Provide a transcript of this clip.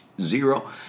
Zero